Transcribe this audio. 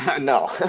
No